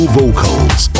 vocals